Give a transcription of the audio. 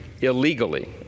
illegally